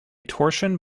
torsion